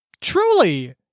Truly